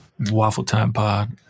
waffletimepod